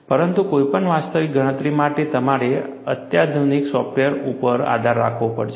પરંતુ કોઈપણ વાસ્તવિક ગણતરી માટે તમારે અત્યાધુનિક સોફ્ટવેર ઉપર આધાર રાખવો પડશે